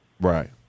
Right